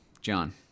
John